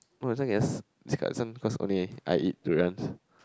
no as long as cause only I eat durians